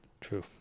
true